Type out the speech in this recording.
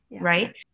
right